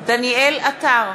עטר,